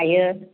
हायो